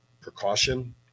precaution